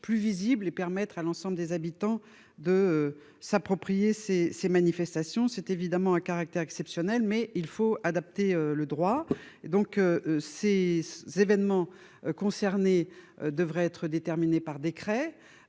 plus visible et permettre à l'ensemble des habitants de s'approprier ces ces manifestations, c'est évidemment à caractère exceptionnel mais il faut adapter le droit et donc ces événements. Concernés devraient être déterminée par décret.